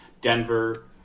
Denver